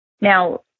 Now